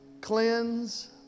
Cleanse